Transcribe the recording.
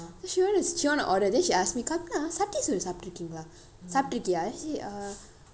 so she went to she want to order then she ask me kamala சட்டி சோறு சாப்பிட்டிருக்கீங்களா சாப்ட்டிருக்கிறிய :sati soru sapturukiringala saptirukiya then she say uh